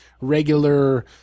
regular